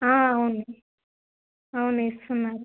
అవును అవును ఇస్తున్నారు